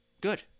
good